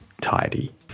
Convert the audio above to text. tidy